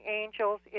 angels